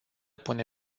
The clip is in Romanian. pune